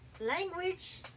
Language